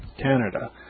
Canada